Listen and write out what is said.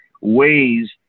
ways